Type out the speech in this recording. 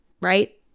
Right